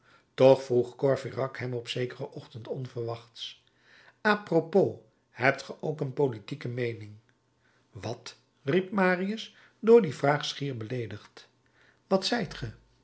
toch vroeg courfeyrac hem op zekeren ochtend onverwachts a propos hebt ge ook een politieke meening wat zei marius door die vraag schier beleedigd wat zijt